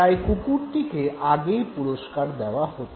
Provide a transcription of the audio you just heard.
অর্থাৎ কুকুরটিকে আগেই পুরস্কার দেওয়া হত